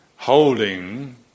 Holding